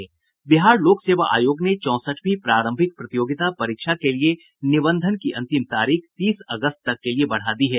बिहार लोक सेवा आयोग ने चौसठवीं प्रारंभिक प्रतियोगिता परीक्षा के लिए निबंधन की अंतिम तारीख तीस अगस्त तक के लिए बढ़ा दी है